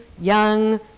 young